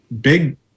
big